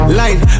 line